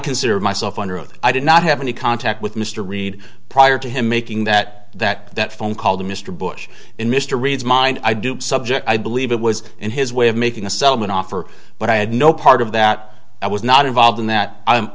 consider myself under oath i did not have any contact with mr reid prior to him making that that that phone call to mr bush in mr reed's mind i do subject i believe it was in his way of making a settlement offer but i had no part of that i was not involved in that